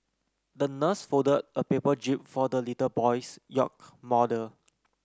the nurse folded a paper jib for the little boy's yacht model